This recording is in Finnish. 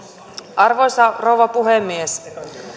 arvoisa rouva puhemies